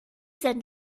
sind